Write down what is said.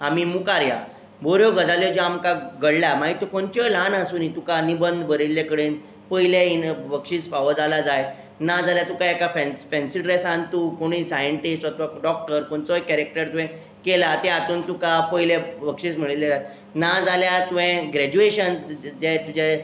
आमी मुखार या बऱ्यो गजाली ज्यो आमकां घडल्या मागीर त्यो खंयच्योय ल्हान आसुंनी तुका निबंद बरयल्ले कडेन पयलें इनाम बक्षीस फावो जालां जायत नाजाल्या तुका एका फँस फँसी ड्रॅसान तूं कोणूय सायंटीस ओर तूं डॉक्टर खंयच्योय कॅरॅक्टर तुवें केला त्या हातूंत तुका पयलें बक्षीस मेळिल्लें नाजाल्या तुंवें ग्रॅजुएशन जें तुजें